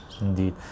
indeed